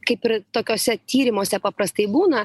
kaip ir tokiuose tyrimuose paprastai būna